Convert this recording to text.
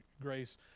grace